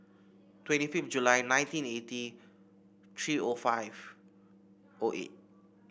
twenty fifth July nineteen eighty three O five O eight